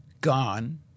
Gone